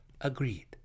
Agreed